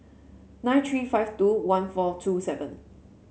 nine three five two one four two seven